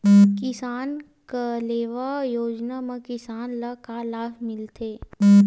किसान कलेवा योजना म किसान ल का लाभ मिलथे?